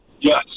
Yes